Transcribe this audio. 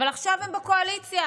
אבל עכשיו הם בקואליציה,